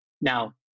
Now